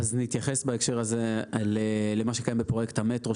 נתייחס בהקשר הזה למה שקיים בפרויקט המטרו,